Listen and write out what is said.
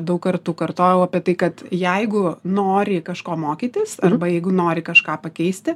daug kartų kartojau apie tai kad jeigu nori kažko mokytis arba jeigu nori kažką pakeisti